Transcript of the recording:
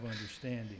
understanding